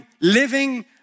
living